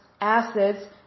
acids